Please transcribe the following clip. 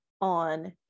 on